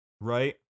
right